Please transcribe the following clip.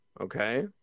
Okay